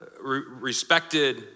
respected